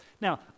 Now